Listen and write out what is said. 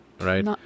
right